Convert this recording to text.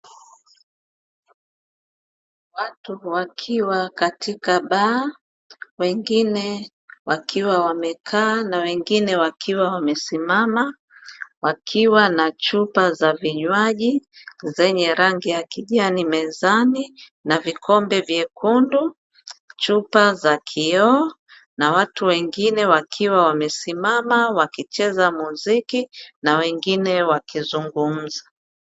Watu wakiwa katika baa, wengine wakiwa wamekaa na wengine wakiwa wamesimama, wakiwa na chupa za vinywaji zenye rangi ya kijani mezani, na vikombe vyekundu, chupa za kioo, na watu wengine wakiwa wamesimama wakicheza muziki, na wengine wakizugumza.